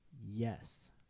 Yes